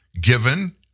given